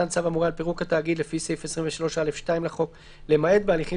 צו המורה על פירוק התאגיד לפי סעיף 23(א)(2) לחוק למעט בהליכים